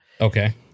Okay